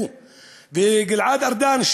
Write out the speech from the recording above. הוא וגלעד ארדן,